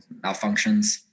malfunctions